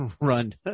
run